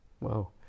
Wow